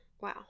wow